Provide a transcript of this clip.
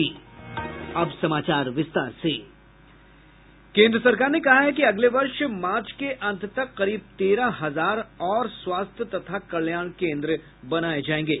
केन्द्र सरकार ने कहा है कि अगले वर्ष मार्च के अंत तक करीब तेरह हजार और स्वास्थ्य तथा कल्याण केन्द्र बनाये जायेंगे